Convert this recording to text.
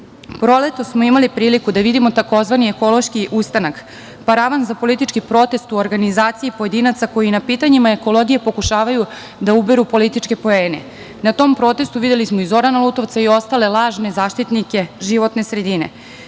smo imali priliku da vidimo tzv. ekološki ustanak, paravan za politički protest u organizaciji pojedinaca koji na pitanjima ekologije pokušavaju da uberu političke poene. Na tom protestu videli smo i Zorana Lutovca i ostale lažne zaštitnike životne sredine.